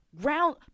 round